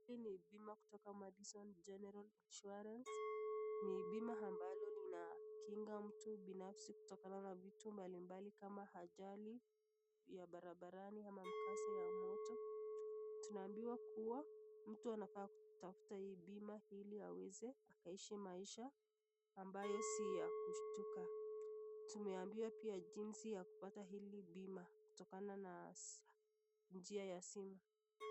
Hii ni bima kutoka Madison General Insurance, ni bima ambalo linakinga mtu binafsi kutokana na vitu mbalimbali kama ajali ya barabarani ama mkasa ya moto, tunaambiwa kuwa mtu anafaa kutafuta hii bima ili aweze akaishi maisha ambayo si ya kushtuka, tumeambiwa pia jinsi ya kupata hili bima kutokana na njia ya simu.